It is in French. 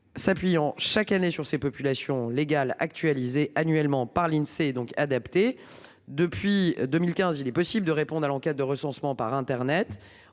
s'appuyant chaque année sur ces populations légales actualisée annuellement par l'Insee donc adapter depuis 2015, il est possible de répondre à l'enquête de recensement par Internet